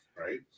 right